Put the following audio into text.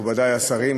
מכובדי השרים,